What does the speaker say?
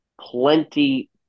Plenty